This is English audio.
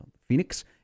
Phoenix